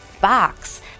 box